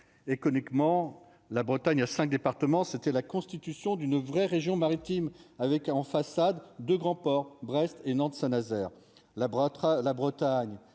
qu'honnêtement la Bretagne à 5 départements, c'était la constitution d'une vraie région maritime avec en façade de grands ports Brest et Nantes Saint-Nazaire la la Bretagne berceau naturel